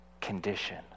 condition